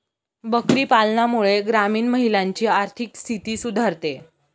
बकरी पालनामुळे ग्रामीण महिलांची आर्थिक स्थिती सुधारते